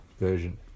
version